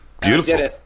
Beautiful